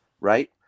right